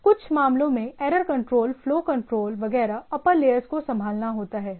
कुछ मामलों में एरर कंट्रोल फ्लो कंट्रोल वगैरह अप्पर लेयर्स को संभालना होता है राइट